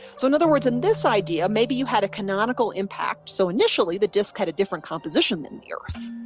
so in other words, in this idea maybe you had a canonical impact, so initially the disc had a different composition than the earth,